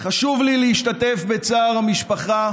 חשוב לי להשתתף בצער המשפחה